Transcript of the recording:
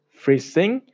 freezing